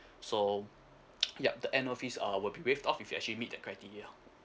so yup the annual fees err will be waived off if you actually meet the criteria